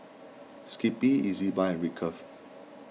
Skippy Ezbuy and